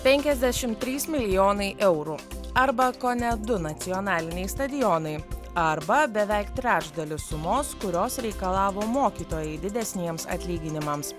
penkiasdešimt trys milijonai eurų arba kone du nacionaliniai stadionai arba beveik trečdaliu sumos kurios reikalavo mokytojai didesniems atlyginimams